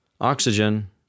Oxygen